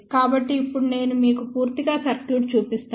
కాబట్టి ఇప్పుడు నేను మీకు పూర్తి సర్క్యూట్ చూపిస్తాను